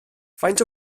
faint